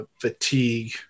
fatigue